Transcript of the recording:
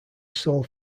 sold